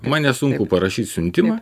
man nesunku parašyt siuntimą